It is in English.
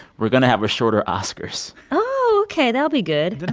we're going to have a shorter oscars oh, ok. that'll be good